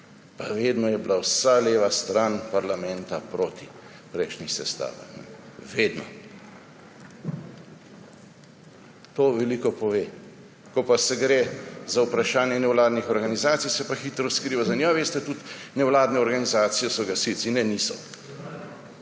pa vedno je bila vsa leva stran parlamenta proti v prejšnji sestavi. Vedno. To veliko pove. Ko pa gre za vprašanje nevladnih organizacij, se pa hitro skriva za njo, veste, nevladne organizacije so tudi gasilci. Ne, niso.